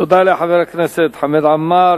תודה לחבר הכנסת חמד עמאר.